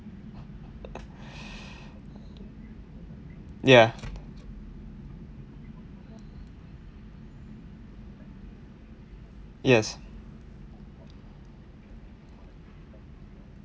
ya yes